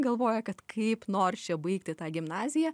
galvoja kad kaip nors čia baigti tą gimnaziją